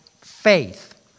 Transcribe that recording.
Faith